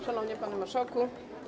Szanowny Panie Marszałku!